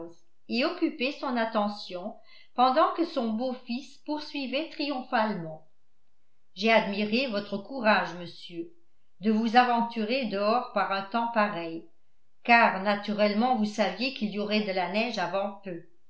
et occuper son attention pendant que son beau-fils poursuivait triomphalement j'ai admiré votre courage monsieur de vous aventurer dehors par un temps pareil car naturellement vous saviez qu'il y aurait de la neige avant peu